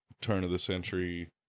turn-of-the-century